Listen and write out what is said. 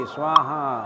Swaha